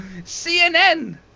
CNN